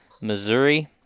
missouri